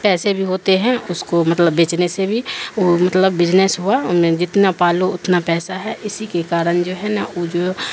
پیسے بھی ہوتے ہیں اس کو مطلب بیچنے سے بھی وہ مطلب بزنس ہوا ان میں جتنا پالو اتنا پیسہ ہے اسی کے کارن جو ہے نا وہ جو